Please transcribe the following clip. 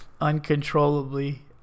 uncontrollably